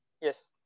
Yes